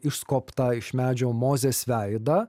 išskobtą iš medžio mozės veidą